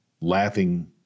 laughing